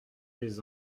des